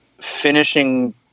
finishing